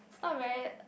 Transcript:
it's not very